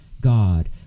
God